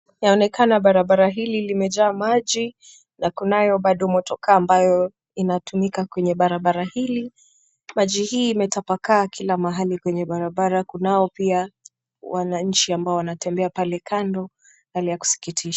Yaonekana barabara hili limejaa maji na kunayo bado motokaa ambayo inatumika kwenye barabara hili. Maji hii imetapakaa kila mahali kwenye barabara. Kunao pia wananchi ambao wanatembea pale kando hali ya kusikitisha.